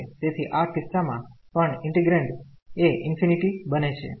તેથી આ કિસ્સા માં પણ ઈન્ટિગ્રેન્ડ એ ∞ બને છે